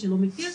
מי שלא מכיר,